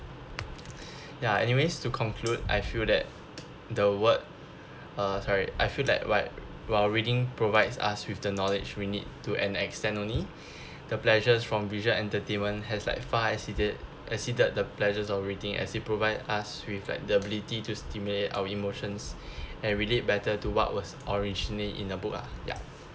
ya anyways to conclude I feel that the word uh sorry I feel that while while reading provides us with the knowledge we need to an extent only the pleasures from visual entertainment has like far exceeded exceeded the pleasures of reading as it provide us with like the ability to stimulate our emotions and relate better to what was originally in the book ah ya